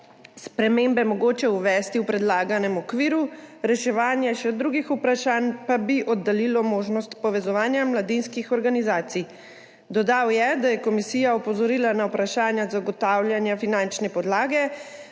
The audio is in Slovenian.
spremembe mogoče uvesti v predlaganem okviru, reševanje še drugih vprašanj pa bi oddaljilo možnost povezovanja mladinskih organizacij. Dodal je, da je komisija opozorila na vprašanja zagotavljanja finančne podlage